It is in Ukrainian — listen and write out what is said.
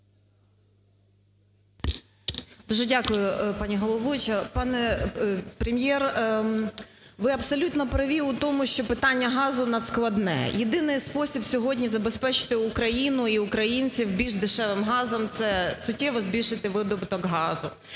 Дуже дякую, пані головуюча. Пане Прем'єр, ви абсолютно праві у тому, що питання газу надскладне. Єдиний спосіб сьогодні забезпечити Україну і українців більш дешевим газом – це суттєво збільшити видобуток газу.